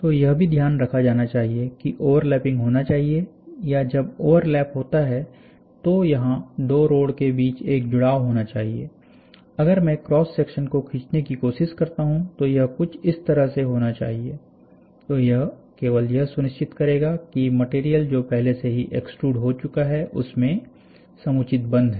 तो यह भी ध्यान रखा जाना चाहिए कि ओवरलैपिंग होना चाहिए या जब ओवरलैप होता है तो यहां दो रोड के बीच एक जुड़ाव होना चाहिए अगर मैं क्रॉस सेक्शन को खींचने की कोशिश करता हूं तो यह कुछ इस तरह से होना चाहिए तो यह केवल यह सुनिश्चित करेगा कि मटेरियल जो पहले से ही एक्सट्रुड हो चुका है उसमे समुचित बंध है